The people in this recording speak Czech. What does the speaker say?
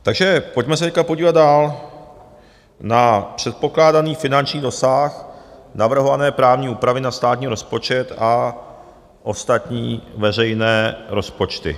Takže pojďme se teď podívat dál na předpokládaný finanční dosah navrhované právní úpravy na státní rozpočet a ostatní veřejné rozpočty.